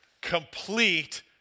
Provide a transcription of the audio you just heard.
complete